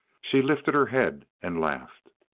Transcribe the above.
she lifted her head and laughed.